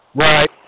Right